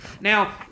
Now